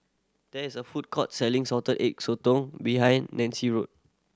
there is a food court selling Salted Egg Sotong behind Nancie Road